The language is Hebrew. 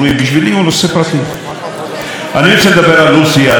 אני רוצה לדבר על התלמידה הזאת בבית ספר זינמן בדימונה,